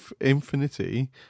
infinity